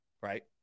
right